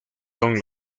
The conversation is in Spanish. son